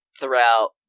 throughout